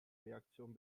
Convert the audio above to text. reaktionen